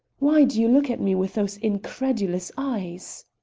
why do you look at me with those incredulous eyes?